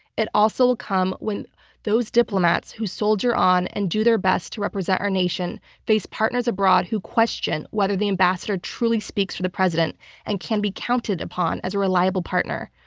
it also will come when those diplomats who soldier on and do their best to represent our nation face partners abroad who question whether the ambassador truly speaks for the president and can be counted upon as a reliable partner.